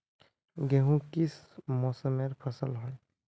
गेहूँ किस मौसमेर फसल होय?